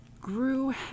grew